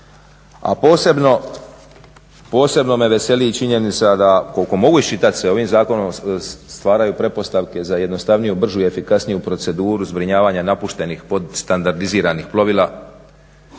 a posebno me veseli i činjenica da koliko mogu iščitati se ovim zakonom stvaraju pretpostavke za jednostavniju, bržiju i efikasniju proceduru zbrinjavanja napuštenih podstandardiziranih plovila